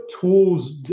tools